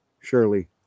Surely